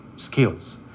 skills